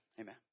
Amen